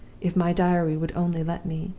if my diary would only let me.